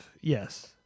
Yes